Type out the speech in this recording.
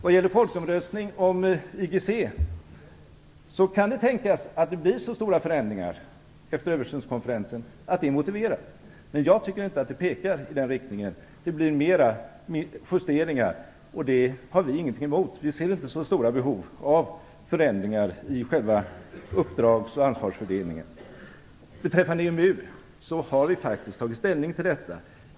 Vad gäller folkomröstning om IGC kan det tänkas att det blir så stora förändringar efter översynskonferensen att det är motiverat. Jag tycker dock inte att det pekar i den riktningen. Det blir mera justeringar, och det har vi inget emot. Vi ser inte så stora behov av förändringar i själva uppdrags och ansvarsfördelningen. Beträffande EMU har vi faktiskt tagit ställning till detta.